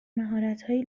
مهارتهای